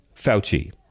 Fauci